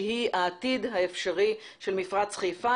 שהיא העתיד האפשרי של מפרץ חיפה,